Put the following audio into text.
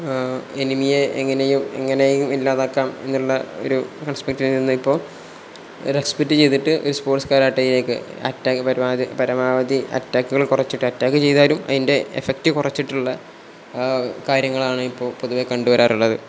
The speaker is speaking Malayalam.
എനിമിയെ എങ്ങനെയും എങ്ങനെയും ഇല്ലാതാക്കാം എന്നുള്ള ഒരു കൺസ്പെക്ട് നിന്ന് ഇപ്പോൾ റെസ്പെക്ട് ചെയ്തിട്ട് ഒരു സ്പോർട്സ്കാരായിട്ടതിലേക്ക് അറ്റാ പരമാധി പരമാവധി അറ്റാക്കുകൾ കുറച്ചിട്ട് അറ്റാക്ക് ചെയ്താലും അതിൻ്റെ എഫക്റ്റ് കുറച്ചിട്ടുള്ള കാര്യങ്ങളാണ് ഇപ്പോൾ പൊതുവേ കണ്ടു വരാറുള്ളത്